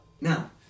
Now